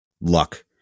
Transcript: luck